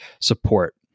support